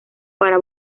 para